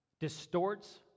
distorts